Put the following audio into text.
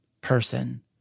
person